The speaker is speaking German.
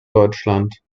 deutschland